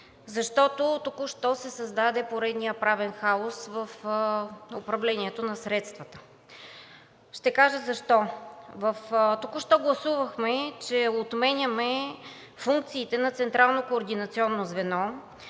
защото току-що се създаде поредният правен хаос в управлението на средствата. Ще кажа защо. Току-що гласувахме, че отменяме функциите на Централното координационно звено